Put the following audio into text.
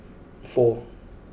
four